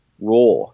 raw